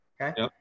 Okay